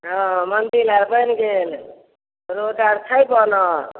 हँ मन्दिल आर बनि गेल रोड आर छै बनल